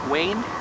Wayne